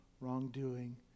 wrongdoing